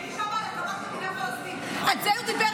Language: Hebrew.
הייתי שם --- על זה הוא דיבר,